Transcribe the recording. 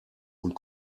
und